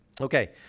Okay